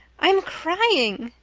i'm crying,